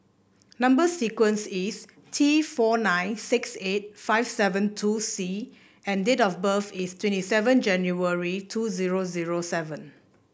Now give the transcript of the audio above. number sequence is T four nine six eight five seven two C and date of birth is twenty seven January two zero zero seven